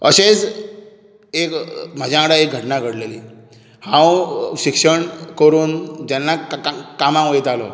अशेंच एक म्हज्या वांगडा एक घटना घडलली हांव शिक्षण करून जेन्ना कामाक वयतालो